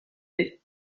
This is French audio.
est